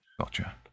Gotcha